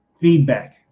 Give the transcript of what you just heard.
feedback